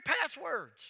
passwords